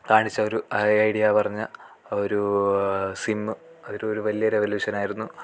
കാണിച്ച ഒരു ഐഡിയ പറഞ്ഞ ഒരൂ സിമ്മ് ഒരുരു വലിയ റവലൂഷൻ ആയിരുന്നു